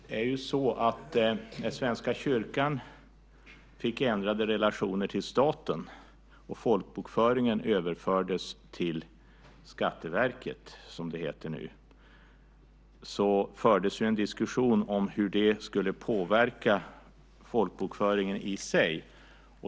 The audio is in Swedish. När Svenska kyrkan fick ändrade relationer till staten och folkbokföringen överfördes till Skatteverket fördes en diskussion om hur det skulle påverka folkbokföringen i sig.